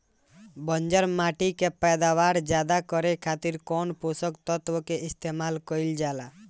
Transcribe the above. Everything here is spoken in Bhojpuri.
बंजर माटी के पैदावार ज्यादा करे खातिर कौन पोषक तत्व के इस्तेमाल कईल जाला?